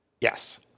Yes